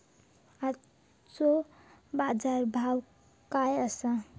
आजचो बाजार भाव काय आसा?